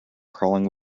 crawling